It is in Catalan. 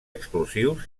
explosius